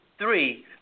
three